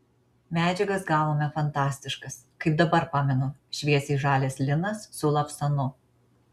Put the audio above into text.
medžiagas gavome fantastiškas kaip dabar pamenu šviesiai žalias linas su lavsanu